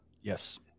Yes